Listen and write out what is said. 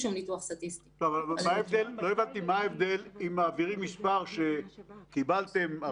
אז אני מבקש לאשר את בקשת הממשלה להמשיך ולהתיר שימוש